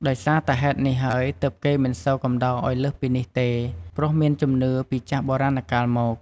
ដោយសារតែហេតុនេះហើយទើប គេមិនសូវកំដរឱ្យលើសពីនេះទេព្រោះមានជំនឿពីចាស់បុរាណកាលមក។